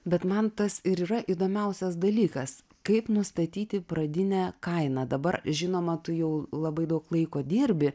bet man tas ir yra įdomiausias dalykas kaip nustatyti pradinę kainą dabar žinoma tu jau labai daug laiko dirbi